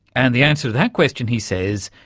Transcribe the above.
and the answer to that question, he says,